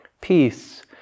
Peace